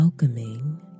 Welcoming